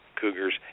cougars